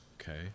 okay